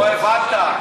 לא הבנת.